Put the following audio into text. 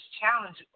challenge